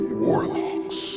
warlocks